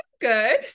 Good